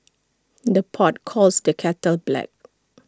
the pot calls the kettle black